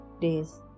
days